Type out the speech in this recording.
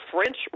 French